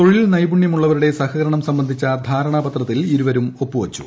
തൊഴിൽ നൈപുണ്യമുള്ളവരുടെ സഹകരണം സംബന്ധിച്ച ധാരണാപത്രത്തിൽ ഇരുവരും ഒപ്പുവച്ചു